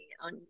on